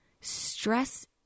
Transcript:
Stress